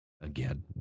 again